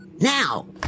Now